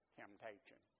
temptation